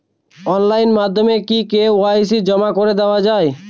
Online মাধ্যমে কি KYC জমা করে দেওয়া য়ায়?